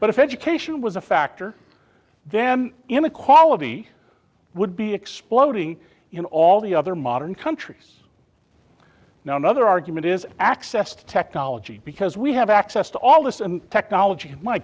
but if education was a factor then inequality would be exploding in all the other modern countries now another argument is access to technology because we have access to all this technology my